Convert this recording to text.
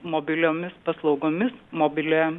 mobiliomis paslaugomis mobili